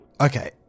Okay